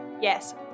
Yes